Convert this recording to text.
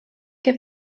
que